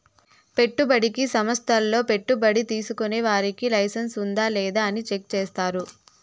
పెట్టుబడికి సంస్థల్లో పెట్టుబడి తీసుకునే వారికి లైసెన్స్ ఉందా లేదా అని చెక్ చేస్తారు